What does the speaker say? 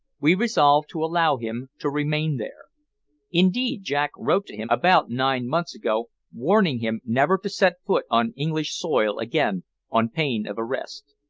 we resolved to allow him to remain there indeed, jack wrote to him about nine months ago warning him never to set foot on english soil again on pain of arrest.